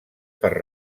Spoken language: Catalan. per